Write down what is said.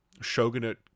Shogunate